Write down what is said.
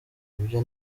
ibyo